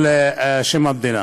על שם המדינה.